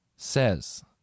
Says